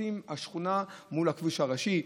השכונה מול הכביש הראשי.